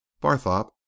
Barthorpe